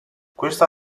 questa